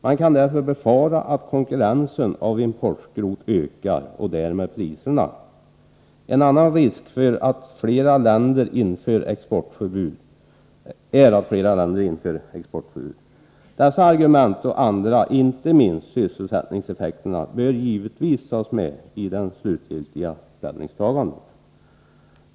Man kan därför befara att konkurrensen med importskrot ökar och därmed priserna. En annan risk är att flera länder inför exportförbud. Dessa argument och andra, inte minst sysselsättningseffekterna, bör givetvis tas med i det slutgiltiga ställningstagandet.